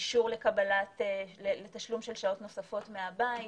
אישור לתשלום של שעות נוספות מהבית,